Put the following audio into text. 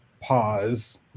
pause